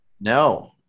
No